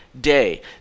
day